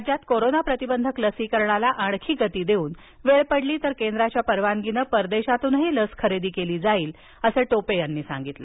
राज्यात कोरोना प्रतिबंधक लसीकरणाला आणखी गती देऊन वेळ पडली तर केंद्राच्या परवानगीनं परदेशातूनही लस खरेदी केली जाईल असं टोपे यांनी सांगितलं